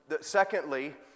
secondly